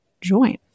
join